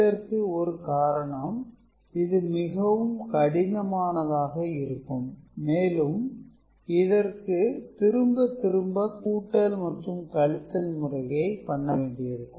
இதற்கு ஒரு காரணம் இது மிகவும் கடினமானதாக இருக்கும் மேலும் இதற்கு திரும்ப திரும்ப கூட்டல் மற்றும் கழித்தல் முறையை பண்ண வேண்டி இருக்கும்